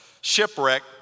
shipwreck